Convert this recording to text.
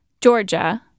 georgia